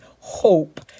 hope